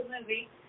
movie